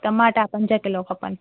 टमाटा पंज किलो खपनि